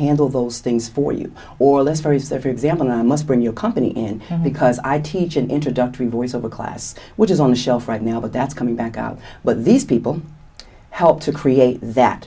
handle those things for you or less for is there for example i must bring your company in because i teach an introductory voiceover class which is on the shelf right now but that's coming back out but these people helped to create that